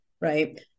right